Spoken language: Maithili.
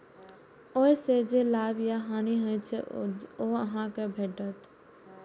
ओइ सं जे लाभ या हानि होइ छै, ओ अहां कें भेटैए